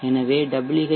எனவே WHPV Hat